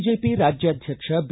BJP ರಾಜ್ಯಾಧ್ವಕ್ಷ B